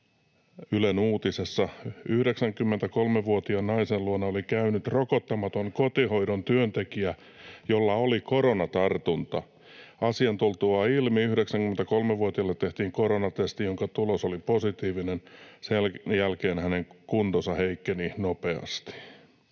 Ylen uutisessa: ”93‑vuotiaan naisen luona oli käynyt rokottamaton kotihoidon työntekijä, jolla oli koronatartunta. Asian tultua ilmi 93‑vuotiaalle tehtiin koronatesti, jonka tulos oli positiivinen. Sen jälkeen hänen kuntonsa heikkeni nopeasti.”